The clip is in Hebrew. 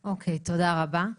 אוקי, תודה רבה.